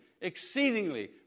exceedingly